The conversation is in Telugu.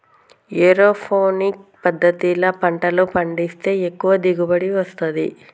ఏరోపోనిక్స్ పద్దతిల పంటలు పండిస్తే ఎక్కువ దిగుబడి వస్తది